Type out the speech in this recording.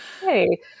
Hey